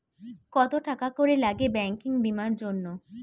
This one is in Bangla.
কত টাকা করে লাগে ব্যাঙ্কিং বিমার জন্য?